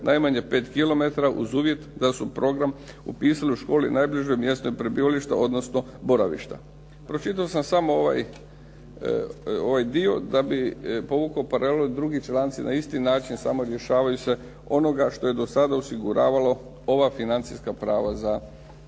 najmanje 5km uz uvjet da su program upisale u školi najbližoj mjestu prebivališta odnosno boravišta. Pročitao sam samo ovaj dio da bi povukao paralelu jer drugi članci na isti način samo rješavaju se onoga što je do sada osiguravalo ova financijska prava za te